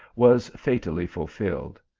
was fatally fulfilled.